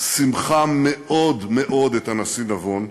שימחה מאוד מאוד את הנשיא נבון.